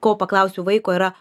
ko paklausiau vaiko yra